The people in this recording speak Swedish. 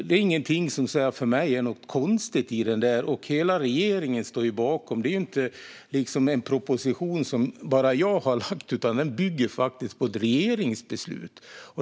Det finns inget som är konstigt för mig där. Hela regeringen står bakom. Det är inte en proposition som bara jag har lagt fram, utan den bygger faktiskt på ett regeringsbeslut.